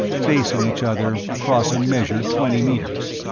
facing each other across a measured twenty meters.